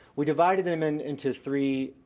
we divided them and into three